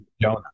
Jonah